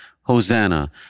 Hosanna